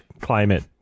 climate